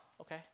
okay